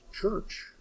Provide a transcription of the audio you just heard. church